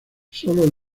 sólo